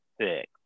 six